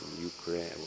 Ukraine